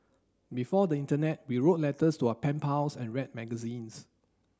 before the internet we wrote letters to our pen pals and read magazines